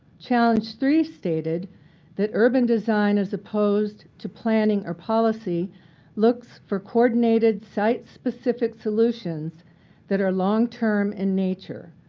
challenge three stated that urban design as opposed to planning or policy looks for coordinated site specific solutions that are long-term in nature.